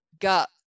got